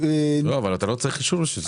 אבל אתה לא צריך אישור בשביל זה.